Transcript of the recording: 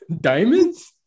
Diamonds